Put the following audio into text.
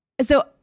so-